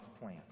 plan